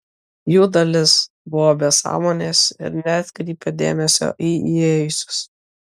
jų dalis buvo be sąmonės ir neatkreipė dėmesio į įėjusius